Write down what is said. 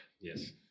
Yes